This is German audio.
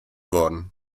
worden